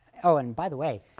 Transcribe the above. oh, and by the way,